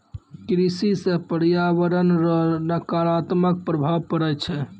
कृषि से प्रर्यावरण रो नकारात्मक प्रभाव पड़ै छै